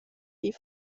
die